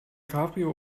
cabrio